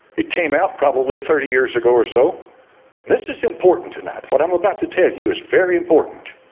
it came out probably thirty years ago or so this is important to not what i'm about to tell you is very important